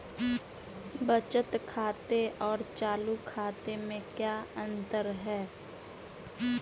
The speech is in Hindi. बचत खाते और चालू खाते में क्या अंतर है?